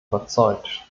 überzeugt